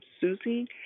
Susie